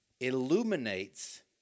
illuminates